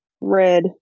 Red